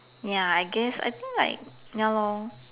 ya I guess I think like ya lor